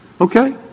okay